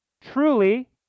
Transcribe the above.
truly